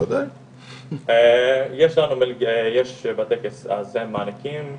יש בטקס הזה מעניקים צ'ק,